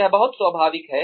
यह बहुत स्वाभाविक है